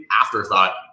afterthought